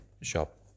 Shop